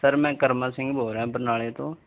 sir ਮੈਂ ਕਰਮਾ ਸਿੰਘ ਬੋਲ ਰਿਹਾ ਬਰਨਾਲੇ ਤੋਂ